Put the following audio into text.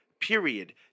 period